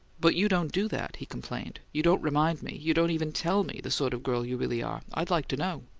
but you don't do that, he complained. you don't remind me you don't even tell me the sort of girl you really are! i'd like to know.